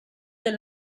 del